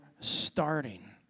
starting